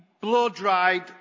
blow-dried